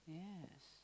yes